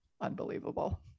unbelievable